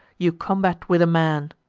you combat with a man,